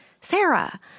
Sarah